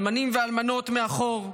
האלמנים והאלמנות מאחור,